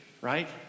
right